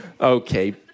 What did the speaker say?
Okay